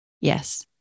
Yes